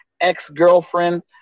ex-girlfriend